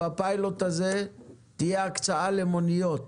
בפיילוט הזה תהיה הקצאה למוניות.